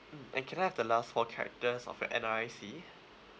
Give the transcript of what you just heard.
mm and can I have the last four characters of your N_R_I_C